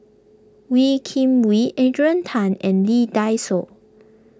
Wee Kim Wee Adrian Tan and Lee Dai Soh